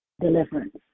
deliverance